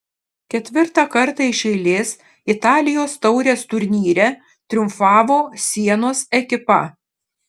ketvirtą kartą iš eilės italijos taurės turnyre triumfavo sienos ekipa